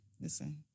Listen